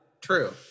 true